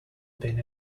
been